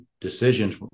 decisions